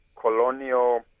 colonial